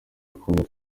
akunda